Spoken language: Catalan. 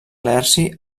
laerci